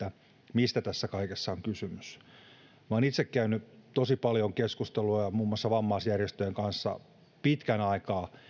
mistä tässä kaikessa on kysymys minä olen itse käynyt tosi paljon keskustelua muun muassa vammaisjärjestöjen kanssa pitkän aikaa